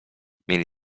mieli